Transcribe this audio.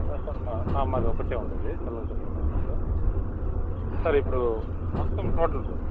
అవసరమా మాదొకటే ఉండేది సెల్వం సూపర్ మార్కెటు సార్ ఇప్పుడు మొత్తం టోటల్